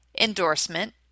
endorsement